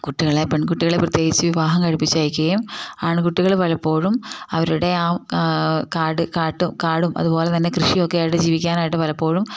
കുട്ടികളെ പെൺകുട്ടികളെ പ്രത്യേകിച്ചു വിവാഹം കഴിപ്പിച്ചു അയക്കുകയും ആൺകുട്ടികൾ പലപ്പോഴും അവരുടെ ആ കാട് കാട്ടും കാടും അതുപോലെ തന്നെ കൃഷിയൊക്കെ ആയിട്ട് ജീവിക്കാനായിട്ട് പലപ്പോഴും